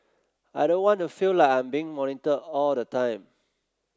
I don't want to feel like I'm being monitored all the time